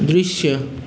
दृश्य